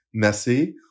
Messi